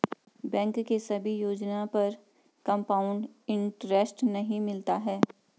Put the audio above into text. bank के सभी योजना पर कंपाउड इन्टरेस्ट नहीं मिलता है